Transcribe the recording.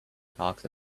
talks